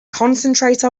concentrate